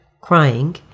crying